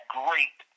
great